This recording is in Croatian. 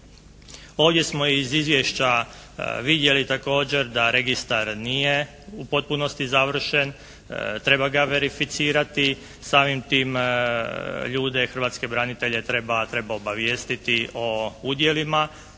Ovdje smo iz izvješća vidjeli također da registar nije u potpunosti završen, treba ga verificirati, samim tim ljude hrvatske branitelje treba obavijestiti o udjelima.